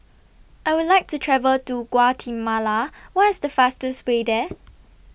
I Would like to travel to Guatemala What IS The fastest Way There